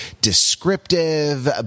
descriptive